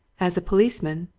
as a policeman,